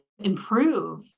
improve